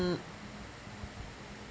mm